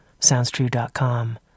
SoundsTrue.com